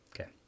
Okay